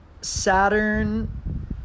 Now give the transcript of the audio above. Saturn